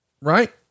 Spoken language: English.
Right